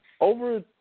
over